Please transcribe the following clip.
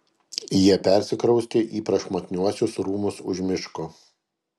jie persikraustė į prašmatniuosius rūmus už miško